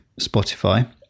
Spotify